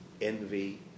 envy